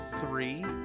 Three